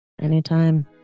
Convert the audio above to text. Anytime